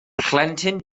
plentyn